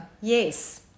yes